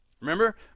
Remember